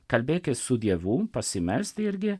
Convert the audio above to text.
kalbėkis su dievu pasimelsti irgi